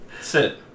sit